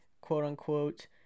quote-unquote